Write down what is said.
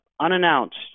unannounced